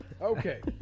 Okay